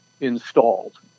installed